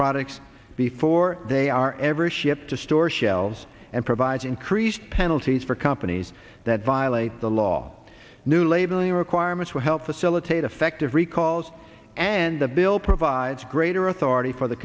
products before they are ever shipped to store shelves and provides increased penalties for companies that violate the law new labeling requirements will help facilitate effective recalls and the bill provides greater authority for the